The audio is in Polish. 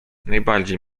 najbardziej